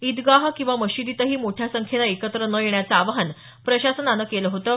ईदगाह किंवा मशिदीतही मोठ्या संख्येनं एकत्र न येण्याचं आवाहन प्रशासनानं केलं होतं